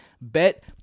Bet